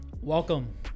Welcome